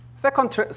second trial.